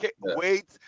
wait